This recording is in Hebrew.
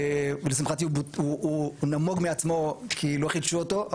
ולשמחתי הוא נמוג מעצמו כי לא חידשו אותו,